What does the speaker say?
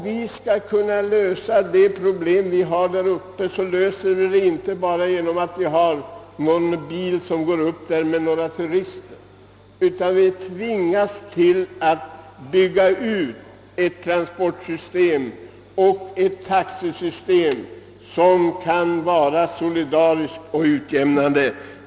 Vi löser inte Norrlands problem bara genom att låta några bilar med turister köra dit upp, utan vi är tvungna att bygga upp ett transportoch taxesystem som verkar utjämnande.